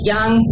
Young